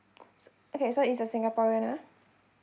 okay so is a singaporean ah